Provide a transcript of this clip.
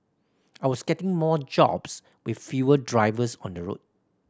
I was getting more jobs with fewer drivers on the road